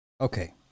okay